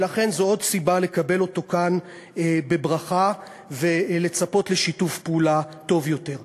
ולכן זו עוד סיבה לקבל אותו כאן בברכה ולצפות לשיתוף פעולה טוב יותר.